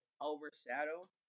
overshadow